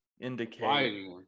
indicate